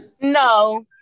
no